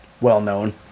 well-known